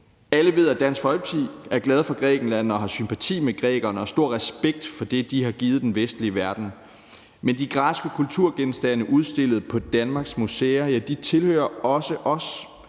Alle ved, at Dansk Folkeparti er glade for Grækenland og har sympati med grækerne og stor respekt for det, de har givet den vestlige verden. Men de græske kulturgenstande udstillet på Danmarks museer tilhører også os.